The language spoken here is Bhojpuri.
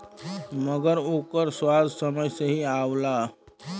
मगर ओकर स्वाद समय से ही आवला